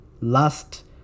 last